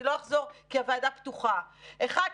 אני לא אחזור כי הוועדה פתוחה אחת,